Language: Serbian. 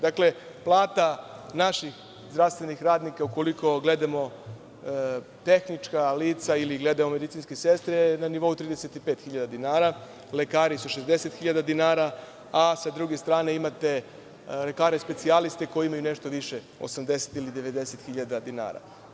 Dakle, plata naših zdravstvenih radnika, ukoliko gledamo tehnička lica ili gledamo medicinske sestre je na nivou 35.000 dinara, lekari su 60.000 dinara, a sa druge strane imate lekare specijaliste koji imaju nešto više 80.000 ili 90.000 dinara.